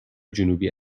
جنوبی